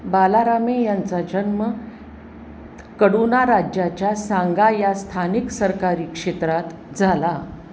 बालारामे यांचा जन्म कडुना राज्याच्या सांगा या स्थानिक सरकारी क्षेत्रात झाला